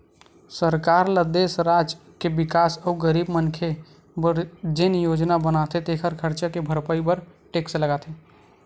सरकार ल देस, राज के बिकास अउ गरीब मनखे बर जेन योजना बनाथे तेखर खरचा के भरपाई बर टेक्स लगाथे